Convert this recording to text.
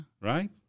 Right